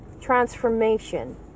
transformation